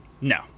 no